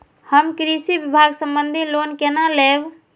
हम कृषि विभाग संबंधी लोन केना लैब?